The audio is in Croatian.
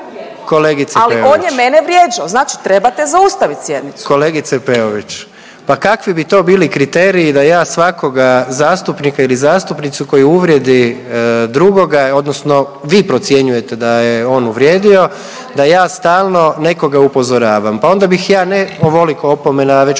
Kolegice Peović/… …ali on je mene vrijeđao, znači trebate zaustavit sjednicu. **Jandroković, Gordan (HDZ)** Kolegice Peović, pa kakvi bi to bili kriteriji da ja svakoga zastupnika ili zastupnicu koji uvrijedi drugoga odnosno vi procjenjujete da je on uvrijedio da ja stalno nekoga upozoravam. Pa onda bih ja ne ovoliko opomena, a već